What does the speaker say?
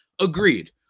Agreed